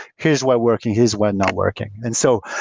here's what working. here's what not working. and so,